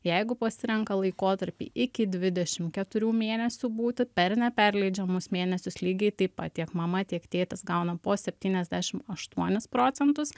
jeigu pasirenka laikotarpį iki dvidešimt keturių mėnesių būti per neperleidžiamus mėnesius lygiai taip pat tiek mama tiek tėtis gauna po septyniasdešimt aštuonis procentus